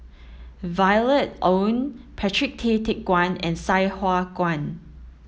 Violet Oon Patrick Tay Teck Guan and Sai Hua Kuan